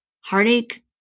Heartache